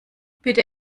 bitte